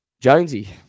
Jonesy